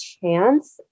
chance